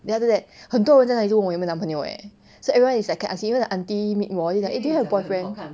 then after that 很多人在那里就问我有没有男朋友 eh so everyone is like can see even the aunty meet 我就讲 eh do you have boyfriend